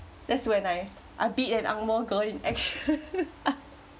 that's when I I beat and ang moh girl in action